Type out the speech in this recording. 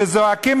שזועקים,